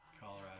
Colorado